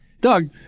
Doug